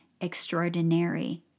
extraordinary